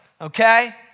okay